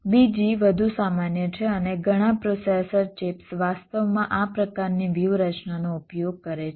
બીજી વધુ સામાન્ય છે અને ઘણા પ્રોસેસર ચિપ્સ વાસ્તવમાં આ પ્રકારની વ્યૂહરચનાનો ઉપયોગ કરે છે